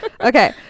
okay